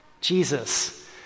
Jesus